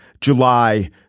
July